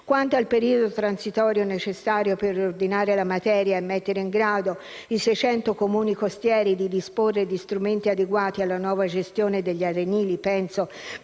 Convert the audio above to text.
Quanto al periodo transitorio necessario per riordinare la materia e mettere in grado i 600 Comuni costieri di disporre di strumenti adeguati alla nuova gestione degli arenili - penso